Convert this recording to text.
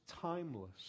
timeless